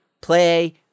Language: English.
play